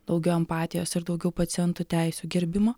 daugiau empatijos ir daugiau pacientų teisių gerbimo